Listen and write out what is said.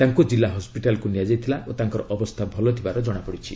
ତାଙ୍କୁ ଜିଲ୍ଲା ହସ୍କିଟାଲକୁ ନିଆଯାଇଥିଲା ଓ ତାଙ୍କର ଅବସ୍ଥା ଭଲ ଥିବାର ଜଣାପଡ଼ିଛି